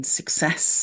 success